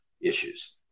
issues